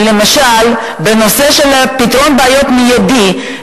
שלמשל בנושא פתרון בעיות מיידי,